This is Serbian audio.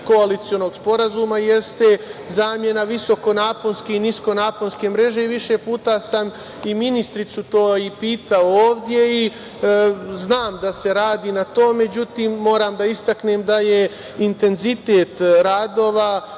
koalicionog sporazuma, jeste zamena visokonaponske i niskonaponske mreže. I više puta sam i ministarku to i pitao ovde i znam da se radi na tome.Međutim, moram da istaknem da je intenzitet radova,